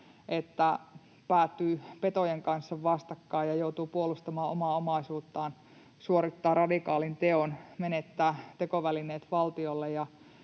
että päätyy petojen kanssa vastakkain ja joutuu puolustamaan omaa omaisuuttaan, suorittaa radikaalin teon, menettää tekovälineet valtiolle